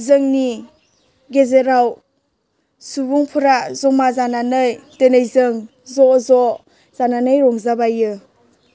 जोंनि गेजेराव सुबुंफोरा जमा जानानै दिनै जों ज'ज' जानानै रंजाबायो